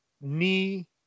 knee